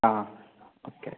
ആ ഓക്കേ